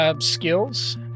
skills